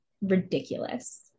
ridiculous